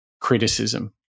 criticism